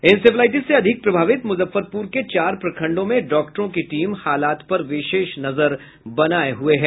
encephalitis से अधिक प्रभावित मुजफ्फरपुर के चार प्रखंडों में डॉक्टरों की टीम हालात पर विशेष नजर बनाये हुए है